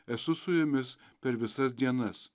esu su jumis per visas dienas